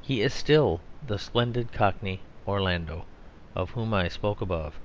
he is still the splendid cockney orlando of whom i spoke above